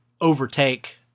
overtake